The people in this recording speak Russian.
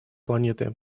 планеты